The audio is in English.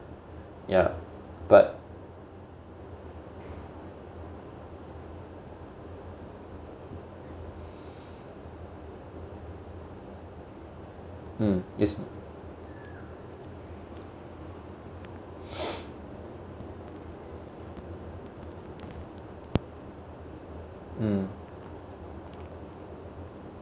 yeah but mm its mm